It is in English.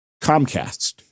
Comcast